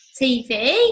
TV